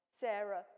Sarah